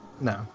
No